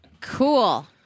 Cool